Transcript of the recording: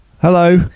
hello